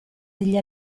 degli